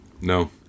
No